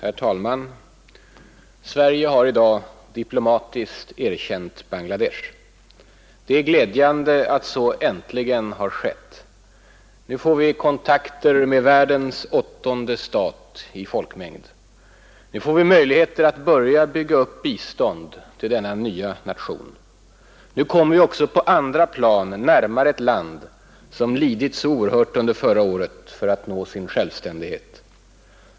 Herr talman! Sverige har i dag diplomatiskt erkänt Bangladesh. Det är glädjande att så äntligen har skett. Nu får vi kontakter med världens åttonde stat i folkmängd. Nu får vi möjligheter att börja bygga upp bistånd till denna nya nation. Nu kommer vi också på andra plan närmare ett land som lidit så oerhört under förra året för att nå sin självständighet.